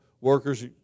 workers